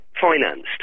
financed